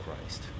Christ